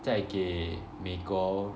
在给美国